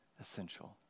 essential